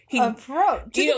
approach